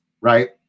right